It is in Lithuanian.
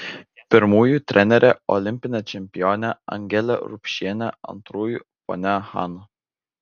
pirmųjų trenerė olimpinė čempionė angelė rupšienė antrųjų ponia hana